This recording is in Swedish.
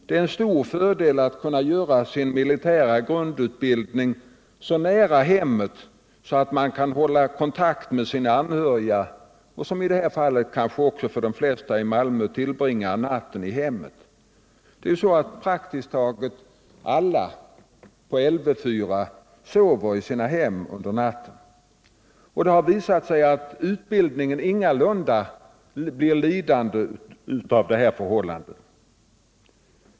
Det är en stor fördel att få göra sin militära grundutbildning så nära hemmet att man kan hålla kontakt med sina anhöriga och — vilket är möjligt för de flesta i Malmö — kanske också kunna tillbringa natten i hemmet. Praktiskt taget alla värnpliktiga på Lv 4 bor i sina hem. Det har visat sig att utbildningen ingalunda blir lidande härav.